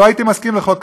לא הייתי מסכים לחוק כזה.